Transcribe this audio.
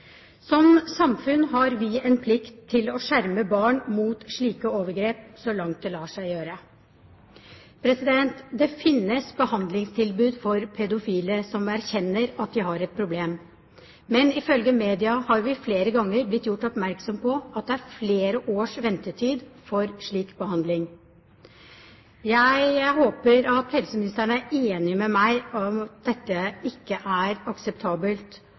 Som samfunn har vi en plikt til å skjerme barn mot slike overgrep så langt det lar seg gjøre. Det finnes behandlingstilbud for pedofile som erkjenner at de har et problem, men ifølge media er vi flere ganger blitt gjort oppmerksom på at det er flere års ventetid for slik behandling. Jeg håper at helseministeren er enig med meg i at dette ikke er akseptabelt,